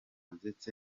ndetse